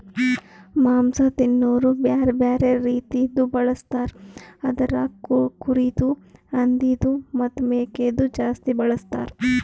ಮಾಂಸ ತಿನೋರು ಬ್ಯಾರೆ ಬ್ಯಾರೆ ರೀತಿದು ಬಳಸ್ತಾರ್ ಅದುರಾಗ್ ಕುರಿದು, ಹಂದಿದು ಮತ್ತ್ ಮೇಕೆದು ಜಾಸ್ತಿ ಬಳಸ್ತಾರ್